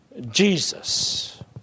Jesus